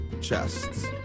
Chests